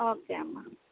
okay అమ్మ